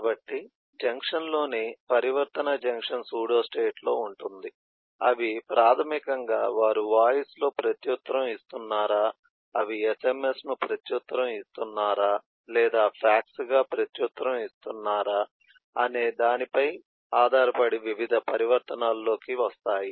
కాబట్టి జంక్షన్లోని పరివర్తన జంక్షన్ సూడోస్టేట్లో ఉంటుంది అవి ప్రాథమికంగా వారు వాయిస్లో ప్రత్యుత్తరం ఇస్తున్నారా అవి sms పై ప్రత్యుత్తరం ఇస్తున్నారా లేదా ఫ్యాక్స్గా ప్రత్యుత్తరం ఇస్తున్నారా అనే దానిపై ఆధారపడి వివిధ పరివర్తనాల్లోకి వస్తాయి